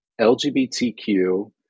LGBTQ